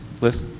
Liz